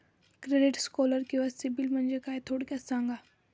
Credit score किंवा सिबिल म्हणजे काय? थोडक्यात सांगा